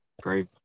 great